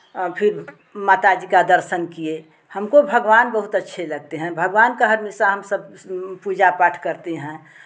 फिर माता जी का दर्शन किए हमको भगवान बहुत अच्छे लगते हैं भगवान का हमेशा हम सब पूजा पाठ करते हैं